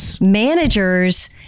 managers